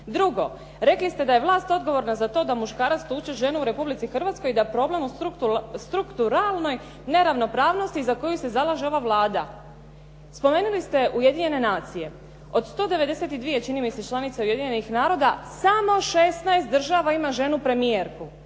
Drugo, rekli ste da je vlast odgovorna za to da muškarac tuče ženu u Republici Hrvatskoj i da je problem u strukturalnoj neravnopravnosti za koju se zalaže ova Vlada. Spomenuli ste Ujedinjene nacije. Od 192 čini mi se članice Ujedinjenih naroda samo 16 država ima ženu premijerku.